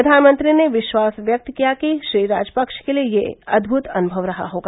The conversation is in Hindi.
प्रधानमंत्री ने विश्वास व्यक्त किया कि श्री राजपक्ष के लिए यह अद्भुव अनुभव रहा होगा